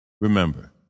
Remember